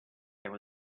there